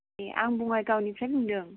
ए आं बङाइगावनिफ्राय बुंदों